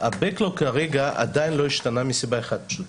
ה- backlogכרגע עדיין לא השתנה מסיבה אחת פשוטה,